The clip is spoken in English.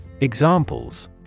Examples